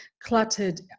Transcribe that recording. cluttered